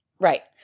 Right